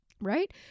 right